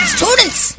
Students